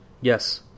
Yes